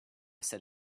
set